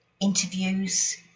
interviews